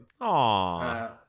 Aww